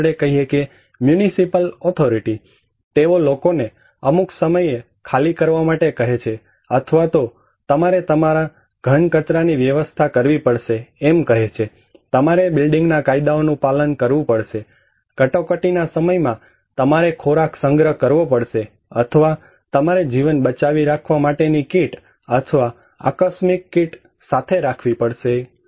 ચાલો આપણે કહીએ કે મ્યુન્સીપલ ઓથોરિટી તેઓ લોકોને અમુક સમયે તમને ખાલી કરવા માટે કહે છે અથવા તો તમારે તમારા ઘન કચરા ની વ્યવસ્થા કરવી પડશે એમ કહે છે તમારે બિલ્ડિંગના કાયદાઓનું પાલન કરવું પડશે કટોકટીના સમયમાં તમારે ખોરાક સંગ્રહ કરવો પડશે અથવા તમારે જીવન બચાવી રાખવા માટેની કીટ અથવા આકસ્મિક કીટ રાખવી પડશે